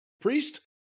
Priest